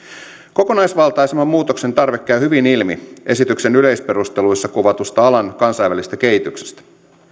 kokonaisvaltaisemman muutoksen tarve käy hyvin ilmi esityksen yleisperusteluissa kuvatuista alan kansainvälisestä kehityksestä